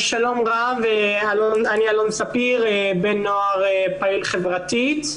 שלום רב, אני בן נוער פעיל חברתית.